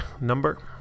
number